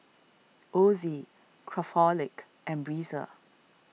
Ozi Craftholic and Breezer